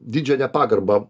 didžią nepagarbą